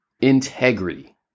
integrity